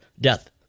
death